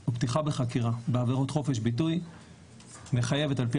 או פתיחה בחקירה בעבירות חופש ביטוי מחייבת על פי